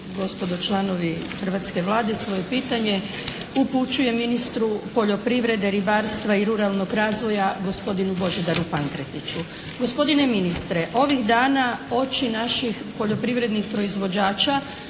gospodo članovi hrvatske Vlade. Svoje pitanje upućujem ministru poljoprivrede, ribarstva i ruralnog razvoja gospodinu Božidaru Pankretiću. Gospodine ministre, ovih dana oči naših poljoprivrednih proizvođača